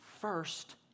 first